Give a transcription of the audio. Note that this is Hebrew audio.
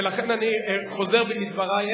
ולכן אני חוזר בי מדברי.